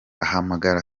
ahamagara